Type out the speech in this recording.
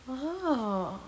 ah